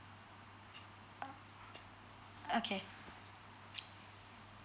okay